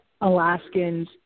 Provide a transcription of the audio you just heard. Alaskans